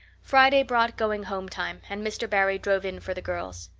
friday brought going-home time, and mr. barry drove in for the girls.